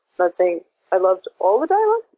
not saying i loved all the dialogue,